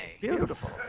Beautiful